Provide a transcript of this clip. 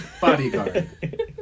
Bodyguard